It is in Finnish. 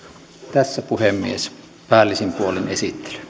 tässä puhemies päällisin puolin esittely